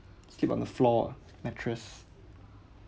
sleep on the floor mattress